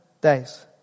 days